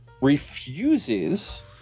refuses